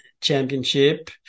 Championship